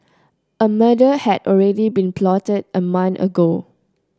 a murder had already been plotted a month ago